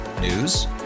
News